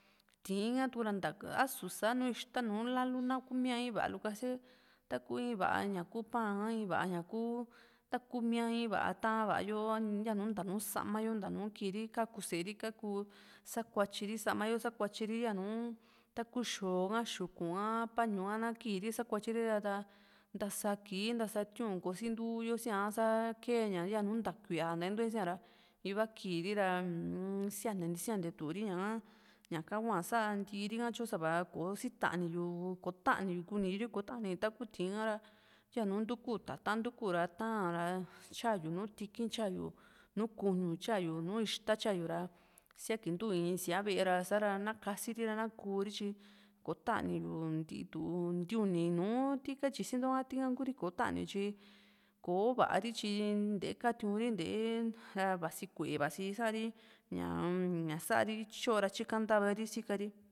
ti´ín ka tu´ra asu sá nu ixta nu lalu nama kumíia in va´a lu kase taku in va´a ña ku pa ka i´vaa ñaku ntakumia in va´a ta´va yo yanu nta nùù nta nu sama yo nta nu kiiri kaku sée ri kaku sakuatyi ri sama yo sakuatyi ri yanuu taku xoo ka xukuu a pañu ha na kiiri sakuatyi ri ra ntasa kii ntása tiu´nko sintuyo si´a sa kee ña yanu nta kuíaa nta intu´e sia ra iva kiiri ra uu-m siante nti siantetu ri ñaka ñaka hua saa ntiiri ka tyo sa´va kò´o sitani yu ko tanii kuni ri ko ta´ni taku ti´ín ha ra yanu ntuku tata´n ntuku ra taan ra tyayu nùù tiki´n tyayu nùù kuñu tyayu nùù ixta tyayu ra síakintu in síaa ve´e ra na kasiri ra na kuu ri tyi ko taniyi ntitu ntii uni nùù ti ka´tyisinto tika kuuri kò´o tani tyi kò´o va´a ri tyi ntee katiu´n ri ntee ra vasi ku´e vasi sa´ri ñaa-m ñasa ri tyo ra tyíka ntva ri sika ri